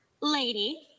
lady